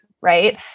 Right